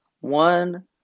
one